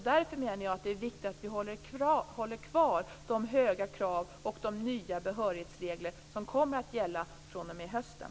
Därför menar jag att det är viktigt att vi håller kvar de höga kraven samtidigt med de nya behörighetsregler som kommer att gälla fr.o.m. hösten.